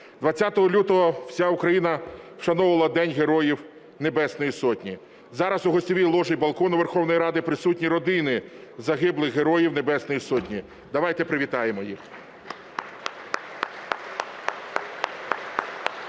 20 лютого вся Україна вшановувала День Героїв Небесної Сотні. Зараз у гостьовій ложі балкону Верховної Ради присутні родини загиблих Героїв Небесної Сотні. Давайте привітаємо їх.